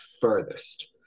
furthest